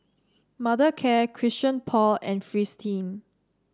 Mothercare Christian Paul and Fristine